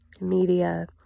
media